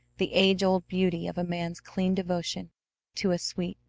the age-old beauty of a man's clean devotion to a sweet,